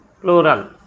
Plural